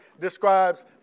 describes